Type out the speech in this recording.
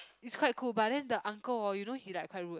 it's quite cool but then the uncle hor you know he like quite rude